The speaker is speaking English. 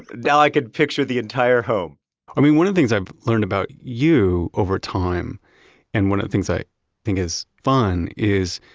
now i can picture the entire home i mean, one of the things i've learned about you over time and one of things i think is fun is,